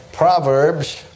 Proverbs